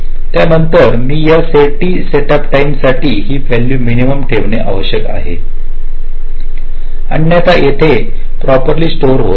त्यानंतर मी या टी सेटअप टाईम साठी ही व्हॅल्यू मिनिमम ठेवणे आवश्यक आहे अन्यथा ते येथे प्रोपली स्टोअर होत नाही